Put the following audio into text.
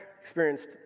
experienced